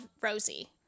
Rosie